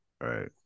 Right